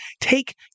take